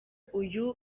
uyu